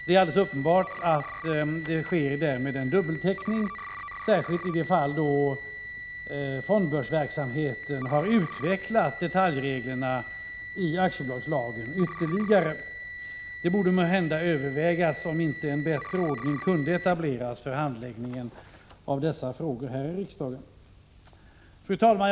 Det är alldeles uppenbart att därmed sker en dubbeltäckning, särskilt i de fall då fondbörsverksamheten har utvecklat detaljreglerna i aktiebolagslagen ytterligare. Det borde måhända övervägas om inte en bättre ordning kunde etableras för handläggningen av dessa frågor här i riksdagen. Fru talman!